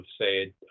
say